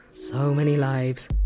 so many lives.